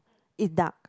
it's dark